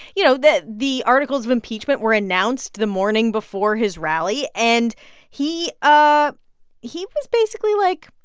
you know, the the articles of impeachment were announced the morning before his rally. and he ah he was basically like,